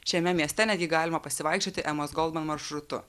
šiame mieste netgi galima pasivaikščioti emos goldman maršrutu